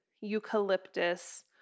eucalyptus